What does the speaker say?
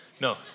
No